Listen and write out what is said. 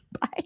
Bye